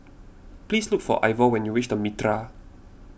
please look for Ivor when you reach the Mitraa